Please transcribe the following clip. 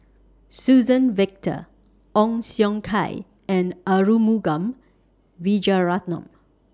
Suzann Victor Ong Siong Kai and Arumugam Vijiaratnam